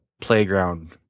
Playground